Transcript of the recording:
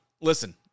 listen